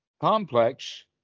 complex